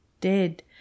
dead